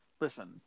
listen